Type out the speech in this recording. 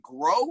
grow